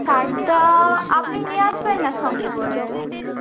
সারটা আপনি নিয়ে আসবেন না সঙ্গে করে